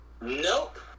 Nope